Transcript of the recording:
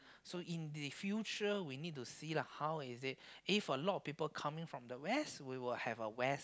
so in the future we need to see lah how is it if a lot of people coming from the west we will have a west